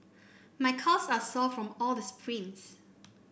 my calves are sore from all the sprints